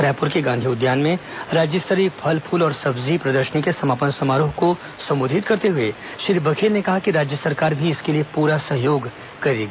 रायपुर के गांधी उद्यान में राज्य स्तरीय फल फूल और सब्जी प्रदर्शनी के समापन समारोह को सम्बोधित करते हुए श्री बघेल ने कहा कि राज्य सरकार भी इसके लिए पूरा सहयोग करेगी